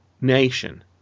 nation